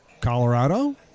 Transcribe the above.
Colorado